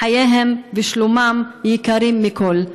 חייהם ושלומם יקרים מכול.